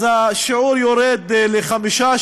אז השיעור יורד ל-5%,